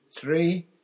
three